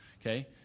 Okay